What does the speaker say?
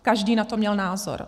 Každý na to měl názor.